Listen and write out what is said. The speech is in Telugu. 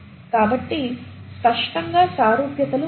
కాబట్టి స్పష్టంగా సారూప్యతలు ఉన్నాయి